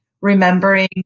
remembering